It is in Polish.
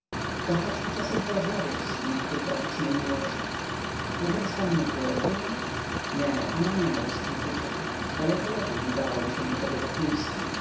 kochać i czasami porozmawiać z kim o tej tragicznej miłości możeby z panną florentyną nie ona nie ma dosyć uczucia daleko lepiej nadawałby się do tego wokulski